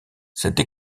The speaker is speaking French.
cette